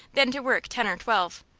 than to work ten or twelve.